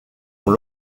ont